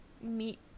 meet